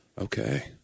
okay